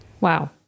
Wow